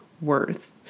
worth